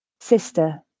Sister